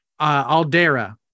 Aldera